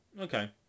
Okay